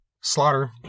Slaughter